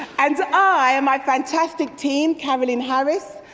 and i and my fantastic team, carolyn harry, so